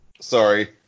Sorry